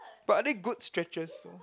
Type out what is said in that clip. but are they good stretches